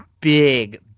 big